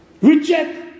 Reject